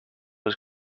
was